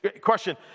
Question